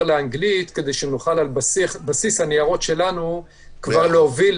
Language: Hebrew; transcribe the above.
לאנגלית כדי שנוכל על בסיס הניירות שלנו כבר להוביל